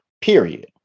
Period